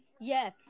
Yes